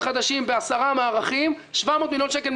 המזומן הזה הוא בגין תקציב הרשאה להתחייב על סך של 70 מיליון שנקבע